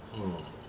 hmm